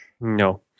No